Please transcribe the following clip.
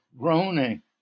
groaning